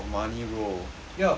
ya